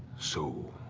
so.